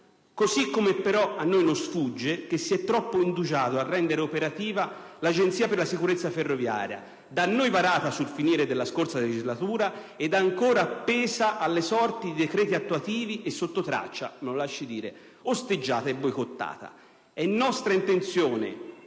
di dovuto. A noi non sfugge però che si è troppo indugiato a rendere operativa l'Agenzia per la sicurezza ferroviaria, da noi varata sul finire della scorsa legislatura ed ancora appesa alle sorti di decreti attuativi e sottotraccia - me lo si lasci dire - osteggiata e boicottata. È nostra intenzione,